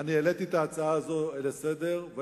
העליתי את ההצעה הזאת לסדר-היום.